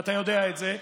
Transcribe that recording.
ואתה יודע את זה,